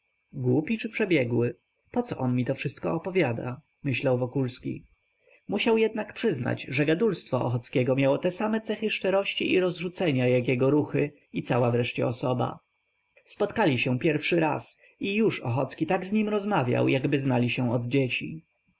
głupi czy przebiegły poco on mi to wszystko opowiada myślał wokulski musiał jednak przyznać że gadulstwo ochockiego miało te same cechy szczerości i rozrzucenia jak jego ruchy i cała wreszcie osoba spotkali się pierwszy raz i już ochocki tak z nim rozmawiał jakgdyby znali się od dzieci